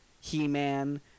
He-Man